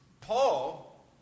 Paul